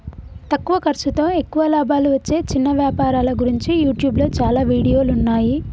తక్కువ ఖర్సుతో ఎక్కువ లాభాలు వచ్చే చిన్న వ్యాపారాల గురించి యూట్యూబ్లో చాలా వీడియోలున్నయ్యి